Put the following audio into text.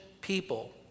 people